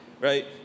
right